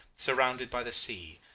surrounded by the sea,